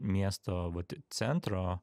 miesto vat centro